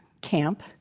camp